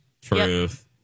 Truth